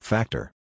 Factor